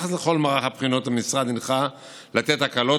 ביחס לכל מערך הבחינות המשרד הנחה לתת הקלות,